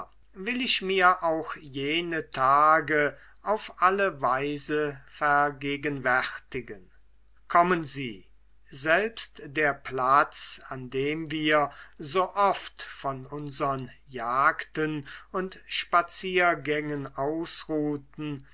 will ich mir auch jene tage auf alle weise vergegenwärtigen kommen sie selbst der platz an dem wir so oft von unsern jagden und spaziergängen ausruhten